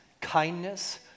kindness